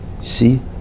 See